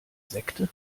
sekte